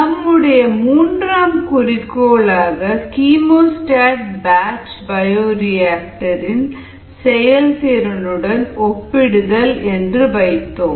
நம்முடைய மூன்றாம் குறிக்கோளாக கீமோஸ்டாட் பேட்ச் பயோரியாக்டர் இன் செயல்திறனுடன் ஒப்பிடுதல் என்று வைத்தோம்